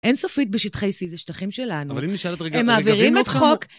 אין סופית בשטחי C, זה שטחים שלנו. אבל אם נשאלת רגע... הם מעבירים את חוק.